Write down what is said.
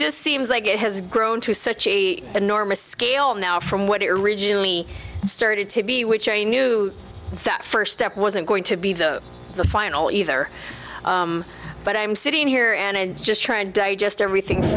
just seems like it has grown to such a enormous scale now from what it originally started to be which i knew that first step wasn't going to be the final either but i'm sitting here and just trying to digest everything